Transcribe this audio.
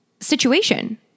situation